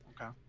Okay